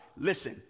Listen